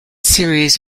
series